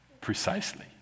precisely